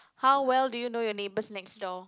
how well do you know your neighbours next door